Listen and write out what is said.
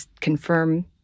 confirm